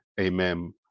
Amen